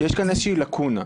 שיש כאן איזושהי לקונה.